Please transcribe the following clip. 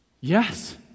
Yes